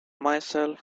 myself